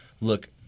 look